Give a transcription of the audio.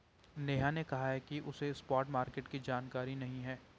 नेहा ने कहा कि उसे स्पॉट मार्केट की जानकारी नहीं है